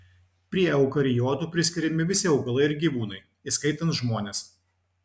prie eukariotų priskiriami visi augalai ir gyvūnai įskaitant žmones